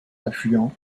affluents